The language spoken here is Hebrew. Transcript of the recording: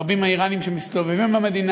רבים האיראנים שמסתובבים במדינה.